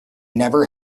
never